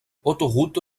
autoroute